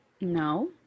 No